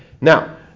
Now